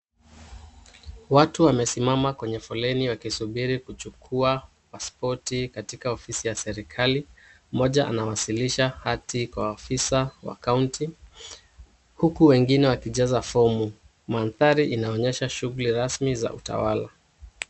Watu wamesimama kwenye foleni wakisubiri kuchukua pasipoti katika ofisi ya serikali. Moja anawasilisha hati kwa afisa wa kaunti huku wengine wakijaza fomu. Mandhari inaonyesha shughuli rasmi za utawala.